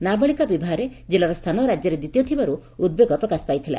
ନାବାଳିକା ବିବାହରେ ଜିଲ୍ଲାର ସ୍ରାନ ରାଜ୍ୟରେ ଦ୍ୱିତୀୟ ଥିବାରୁ ଉଦ୍ବେଗ ପ୍ରକାଶ ପାଇଥିଲା